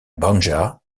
banja